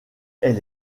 elle